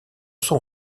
son